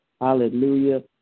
Hallelujah